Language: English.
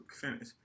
finish